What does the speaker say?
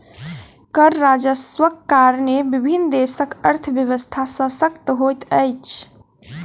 कर राजस्वक कारणेँ विभिन्न देशक अर्थव्यवस्था शशक्त होइत अछि